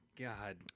god